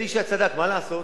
אלי ישי צדק, מה לעשות?